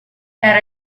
era